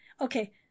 Okay